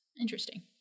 Interesting